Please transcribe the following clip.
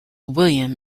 william